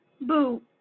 Boo